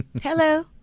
Hello